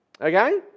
Okay